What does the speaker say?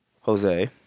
Jose